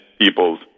people's